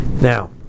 Now